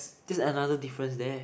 that's another difference there